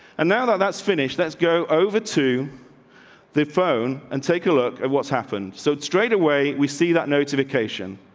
and now that that's finished, let's go over to the phone and take a look at what's happened. so it straightaway, we see that notification.